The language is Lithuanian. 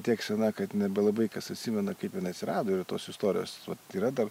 tiek sena kad nebelabai kas atsimena kaip jinai atsirado ir tos istorijos yra dar